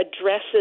addresses